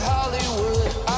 Hollywood